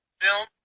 film